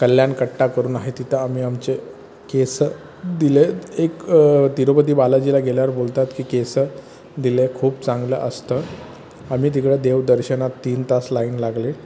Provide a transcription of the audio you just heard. कल्याण कट्टा करून आहे तिथं आम्ही आमचे केस दिले आहेत एक तिरुपती बालाजीला गेल्यावर बोलतात की केस दिले खूप चांगलं असतं आम्ही तिकडं देवदर्शनात तीन तास लाईन लागले